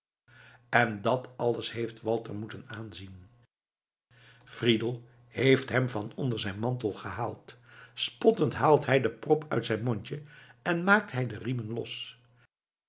en dat alles heeft walter moeten aanzien fridel heeft hem van onder zijn mantel gehaald spottend haalt hij de prop uit zijn mondje en maakt hij de riemen los